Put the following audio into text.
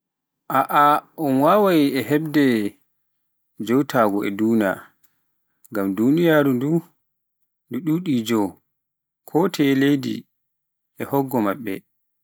Aa un wawai un hebde ngootaagu aduna, ngam duniyaaru ndu ɗuɗi joo, kotoye leydi e hoggo maɓɓe.